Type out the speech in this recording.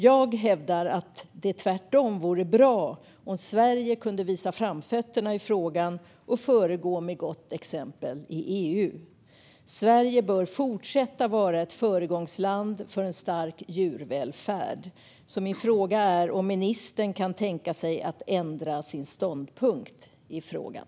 Jag hävdar att det tvärtom vore bra om Sverige kunde visa framfötterna i frågan och föregå med gott exempel i EU. Sverige bör fortsätta att vara ett föregångsland för en stark djurvälfärd. Kan ministern tänka sig att ändra sin ståndpunkt i frågan?